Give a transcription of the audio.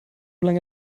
lange